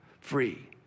free